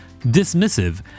dismissive